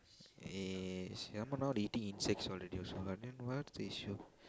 eh some more now they eating the insects already also got then what's the issue